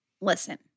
listen